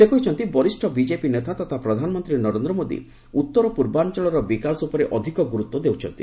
ସେ କହିଛନ୍ତି ବରିଷ୍ଠ ବିଜେପି ନେତା ତଥା ପ୍ରଧାନମନ୍ତ୍ରୀ ନରେନ୍ଦ୍ର ମୋଦି ଉତ୍ତର ପୂର୍ବାଞ୍ଚଳର ବିକାଶ ଉପରେ ଅଧିକ ଗୁରୁତ୍ୱ ଦେଉଛନ୍ତି